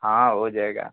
हाँ हो जाएगा